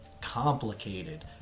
complicated